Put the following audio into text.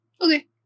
Okay